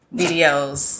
videos